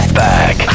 back